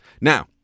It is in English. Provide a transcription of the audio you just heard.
Now